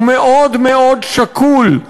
הוא מאוד מאוד שקול,